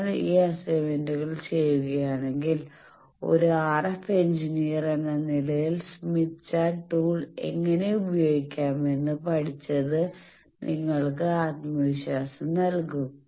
നിങ്ങൾ ഈ അസൈൻമെന്റുകൾ ചെയ്യുകയാണെങ്കിൽ ഒരു RF എഞ്ചിനീയർ എന്ന നിലയിൽ സ്മിത്ത് ചാർട്ട് ടൂൾ എങ്ങനെ ഉപയോഗിക്കാമെന്ന് പഠിച്ചത് നിങ്ങൾക്ക് ആത്മവിശ്വാസം നൽകും